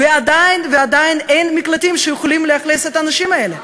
ועדיין אין מקלטים שיכולים לאכלס את האנשים האלה.